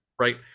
right